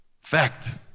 fact